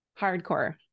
hardcore